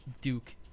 Duke